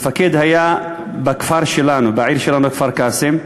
המפקד היה בכפר שלנו, בעיר שלנו, בכפר-קאסם,